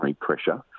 pressure